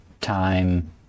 time